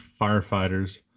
firefighters